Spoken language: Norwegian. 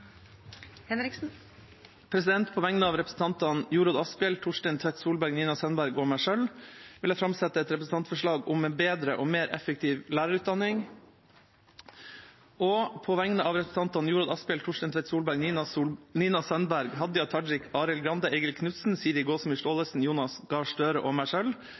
På vegne av representantene Jorodd Asphjell, Torstein Tvedt Solberg, Nina Sandberg og meg selv vil jeg framsette et representantforslag om en bedre og mer effektiv lærerutdanning. Og på vegne av representantene Jorodd Asphjell, Torstein Tvedt Solberg, Nina Sandberg, Hadia Tajik, Arild Grande, Eigil Knutsen, Siri Gåsemyr Staalesen, Jonas Gahr Støre og meg